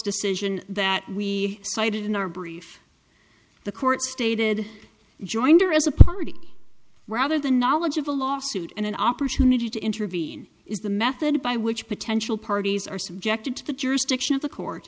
decision that we cited in our brief the court stated joinder as a party rather the knowledge of a lawsuit and an opportunity to intervene is the method by which potential parties are subjected to the jurisdiction of the court